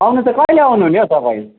आउनु चाहिँ कहिले आउनु हुने हौ तपाईँ